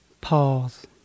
pause